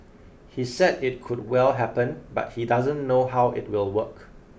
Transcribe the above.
he said it could well happen but he doesn't know how it will work